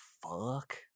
Fuck